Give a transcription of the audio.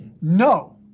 no